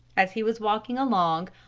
as he was walking along,